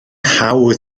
hawdd